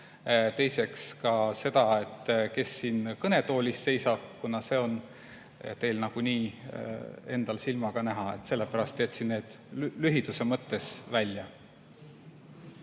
teiseks ka seda, kes siin kõnetoolis seisab, kuna see on teil nagunii endal silmaga näha. Sellepärast jätsin need lühiduse mõttes välja.